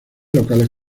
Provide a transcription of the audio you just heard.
locales